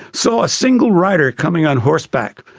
saw a single rider coming on horseback,